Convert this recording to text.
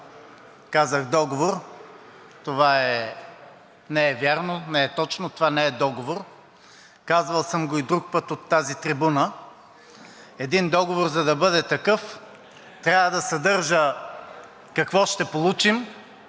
Казах – договор, това не е вярно, не е точно, това не е договор. Казвал съм го и друг път от тази трибуна, един договор, за да бъде такъв, трябва да съдържа какво ще получим,